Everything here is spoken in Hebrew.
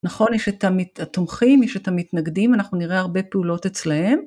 נכון, התומכים, יש את המתנגדים, אנחנו נראה הרבה פעולות אצלהם.